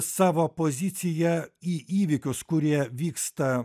savo poziciją į įvykius kurie vyksta